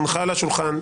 היא הונחה על השולחן,